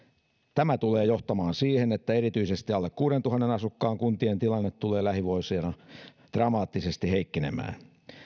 tämä tulee johtamaan siihen että erityisesti alle kuuteentuhanteen asukkaan kuntien tilanne tulee lähivuosina dramaattisesti heikkenemään